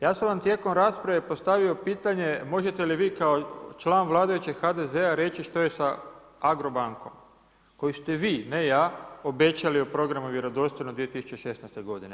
Ja sam vam tijekom rasprave postavio pitanje možete li vi kao član vladajućeg HDZ-a reći što je sa Agrobankom koju ste vi, ne ja obećali u programu Vjerodostojno 2016. godine.